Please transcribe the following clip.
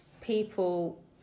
people